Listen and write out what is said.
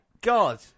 God